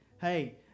hey